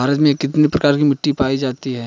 भारत में कितने प्रकार की मिट्टी पाई जाती हैं?